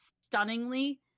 stunningly